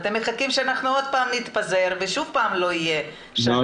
אתם מחכים שאנחנו עוד פעם נתפזר ושוב פעם לא יהיה --- לא,